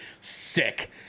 sick